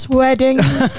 weddings